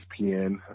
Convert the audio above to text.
ESPN